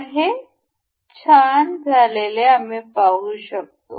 तर हे छान झालेले आम्ही पाहू शकतो